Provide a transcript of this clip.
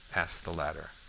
asked the latter.